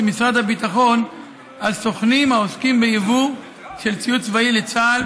משרד הביטחון על סוכנים העוסקים בייבוא של ציוד צבאי לצה"ל